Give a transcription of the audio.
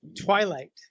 Twilight